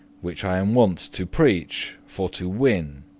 which i am wont to preache, for to win.